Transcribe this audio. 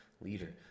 leader